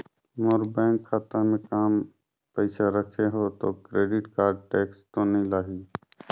मोर bank खाता मे काम पइसा रखे हो तो क्रेडिट कारड टेक्स तो नइ लाही???